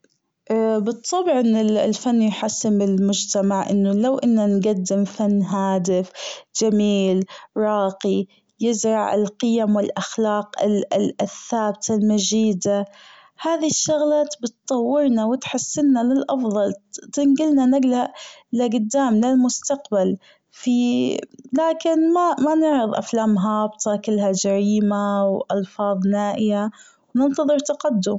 بالطبع أن الفن يحسن بالمجتمع أنه لو إنا نجدم فن هادف جميل راقي يزرع القيم والأخلاق ال- ال- الثابتة المجيدة هذي الشغلات بتطورنا و تحسنا للأفظل بتنجلنا نجلة لجدام للمستقبل في- لكن ما نعرض أفلام هابطة كلها جريمة و ألفاظ نائية و ننتظر تقدم.